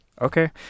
okay